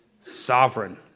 sovereign